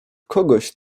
kogoś